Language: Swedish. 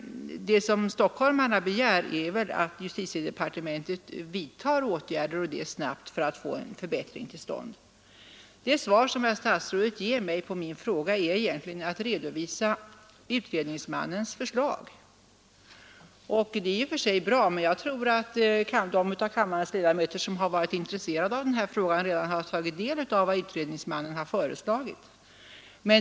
Det som stockholmarna begär är väl att justitiedepartementet vidtar åtgärder och det snabbt för att få en förbättring till stånd. Det svar som herr statsrådet ger mig på min fråga är egentligen en redovisning av utredningsmannens förslag. Det är ju i och för sig bra, men jag tror att de av kammarens ledamöter som har varit intresserade av denna fråga redan har tagit del av vad utredningsmannen har föreslagit.